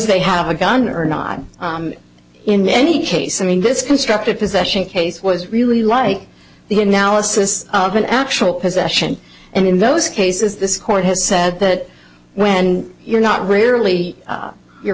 they have a gun or not in any case i mean this constructive possession case was really like the analysis of an actual possession and in those cases this court has said that when you're not rarely you're